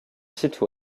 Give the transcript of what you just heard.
site